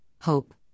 hope